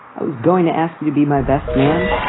i was going to ask you to be my best man.